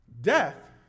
Death